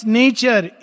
nature